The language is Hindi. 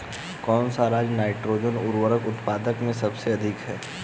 कौन सा राज नाइट्रोजन उर्वरक उत्पादन में सबसे अधिक है?